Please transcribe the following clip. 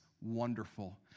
wonderful